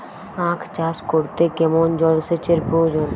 আখ চাষ করতে কেমন জলসেচের প্রয়োজন?